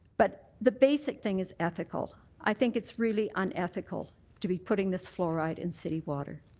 but the basic thing is ethical. i think it's really unethical to be putting this fluoride in city water.